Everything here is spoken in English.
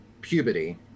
puberty